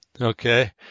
Okay